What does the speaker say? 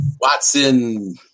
Watson